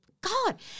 God